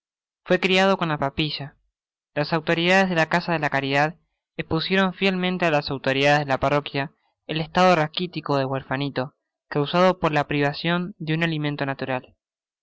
fué criado con la papilla las au toridades de la casa de la caridad espusieron fielmente á las autoridades de la parroquia el estado raquitico del huerfanito causado por la privacion de un alimento natural